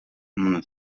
mona